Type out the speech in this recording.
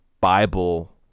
Bible